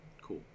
Cool